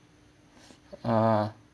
uh